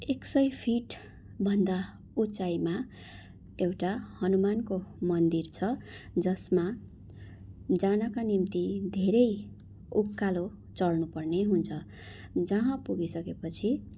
एक सय फिटभन्दा उचाइमा एउटा हनुमानको मन्दिर छ जसमा जानका निम्ति धेरै उकालो चढ्नुपर्ने हुन्छ जहाँ पुगिसकेपछि